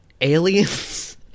aliens